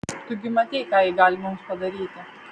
tu gi matei ką ji gali mums padaryti